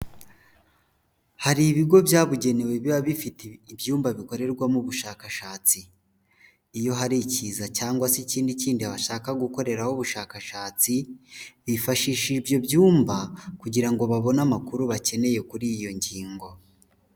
Hari ibigo byabugenewe biba bifite ibyumba bikorerwamo ubushakashatsi, iyo hari icyiza cyangwa se ikindi kindi bashaka gukoreraho ubushakashatsi, bifashishije ibyo byumba kugira ngo babone amakuru bakeneye kuri iyo ngingo.